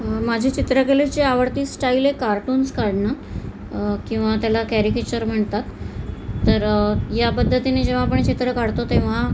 माझी चित्रकलेची आवडती स्टाईल आहे कार्टून्स काढणं किंवा त्याला कॅरिकेचर म्हणतात तर या पद्धतीने जेव्हा आपण चित्र काढतो तेव्हा